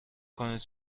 کنید